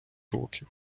років